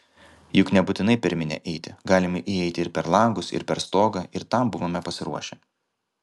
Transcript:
juk nebūtinai per minią eiti galima įeiti ir per langus ir per stogą ir tam buvome pasiruošę